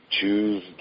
choose